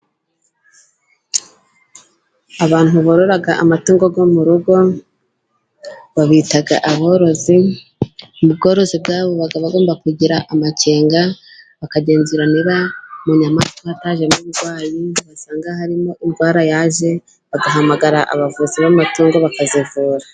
Abantu borora amatungo yo mu rugo babita aborozi, mu bworozi bwabo baba bagomba kugira amakenga, bakagenzura niba mu nyamaswa hatajemo uburwayi, basanga harimo indwara yaje bagahamagara abavuzi b'amatungo bakazivura.